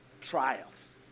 trials